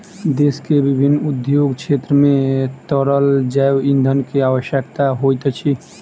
देश के विभिन्न उद्योग क्षेत्र मे तरल जैव ईंधन के आवश्यकता होइत अछि